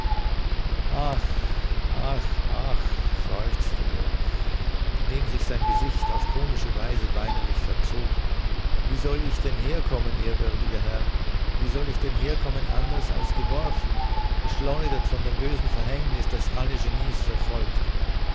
ach ach seufzte er indem sich sein gesicht auf komische weise weinerlich verzog wie soll ich denn herkommen ehrwürdiger herr wie soll ich denn herkommen anders als geworfen geschleudert von dem bösen verhängnis das alle genies verfolgt